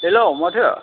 हेल' माथो